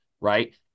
Right